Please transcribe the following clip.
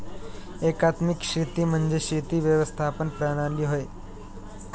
एकात्मिक शेती म्हणजे शेती व्यवस्थापन प्रणाली होय